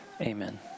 Amen